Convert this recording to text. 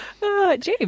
James